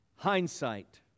Hindsight